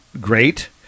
great